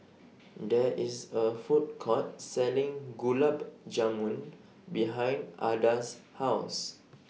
There IS A Food Court Selling Gulab Jamun behind Adda's House